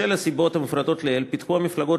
בשל הסיבות המפורטות לעיל פיתחו המפלגות